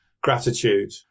gratitude